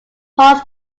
pods